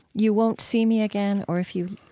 you won't see me again, or if you,